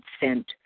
sent